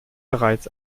bereits